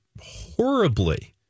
horribly